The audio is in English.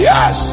Yes